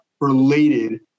related